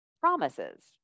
promises